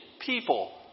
people